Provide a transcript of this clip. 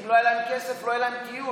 כי אם לא יהיה להם כסף לא יהיה להם טיול,